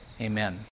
amen